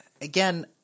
Again